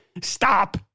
Stop